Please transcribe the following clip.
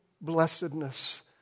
blessedness